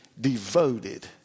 devoted